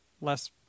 less